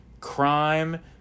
crime